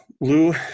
Lou